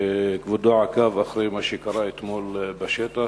שכבודו עקב אחרי מה שקרה אתמול בשטח.